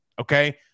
okay